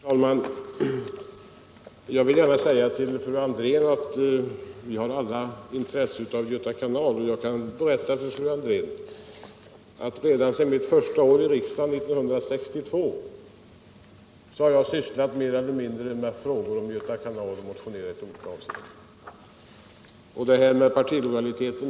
Herr talman! Jag vill gärna säga till fru André att vi alla har intresse av Göta kanal, och jag kan berätta för fru André att jag ända sedan mitt första år i riksdagen 1962 har sysslat mer eller mindre med frågor om Göta kanal, och jag har motionerat om dessa i olika avseenden.